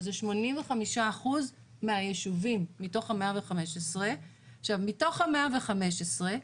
שזה 85% מהיישובים מתוך ה- 115. עכשיו מתוך ה- 115,